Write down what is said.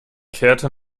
kehrte